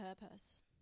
purpose